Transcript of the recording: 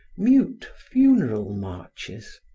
mute funeral marches,